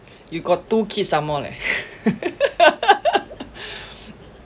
you got two kids some more leh